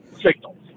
signals